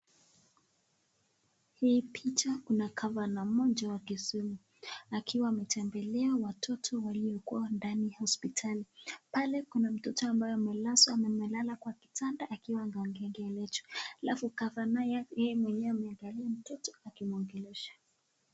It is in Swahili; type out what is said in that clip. Hii picha kuna gavana mmoja wa Kisumu, akiwa ametembelea watoto waliokuwa ndani ya hospitali. Pale kuna mtoto ambaye amelazwa, amemlala kwa kitanda akiwa anaongeleshwa. Alafu gavana yeye mwenyewe ameangalia mtoto akimwongelesha.